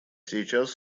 сейчас